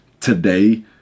Today